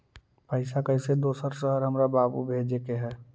पैसा कैसै दोसर शहर हमरा बाबू भेजे के है?